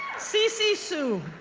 cece cece tsui,